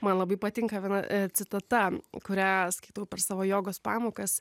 man labai patinka viena citata kurią skaitau per savo jogos pamokas